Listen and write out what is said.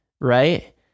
right